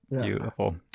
beautiful